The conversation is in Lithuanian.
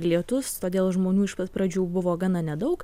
lietus todėl žmonių iš pat pradžių buvo gana nedaug